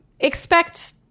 expect